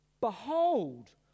Behold